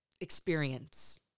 experience